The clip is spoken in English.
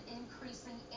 increasing